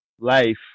life